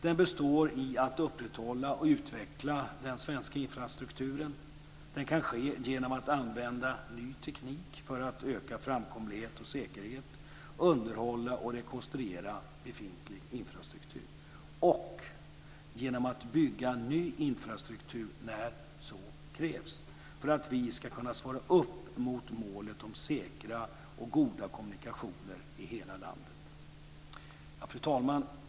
Den består i att upprätthålla och utveckla den svenska infrastrukturen. Den kan ske genom att använda ny teknik för att öka framkomlighet och säkerhet, genom att underhålla och rekonstruera befintlig infrastruktur och genom att bygga ny infrastruktur när så krävs för att vi ska kunna svara upp mot målet om säkra och goda kommunikationer i hela landet. Fru talman!